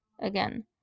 Again